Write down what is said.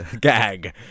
gag